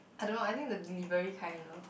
I don't know I think it's the delivery kind you know